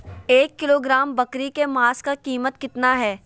एक किलोग्राम बकरी के मांस का कीमत कितना है?